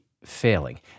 Failing